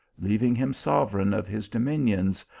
leaving him sovereign of his dominions,